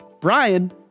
Brian